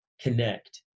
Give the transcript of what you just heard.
connect